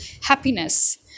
happiness